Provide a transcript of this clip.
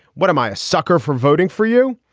what am i a sucker for voting for you?